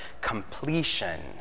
completion